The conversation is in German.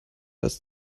das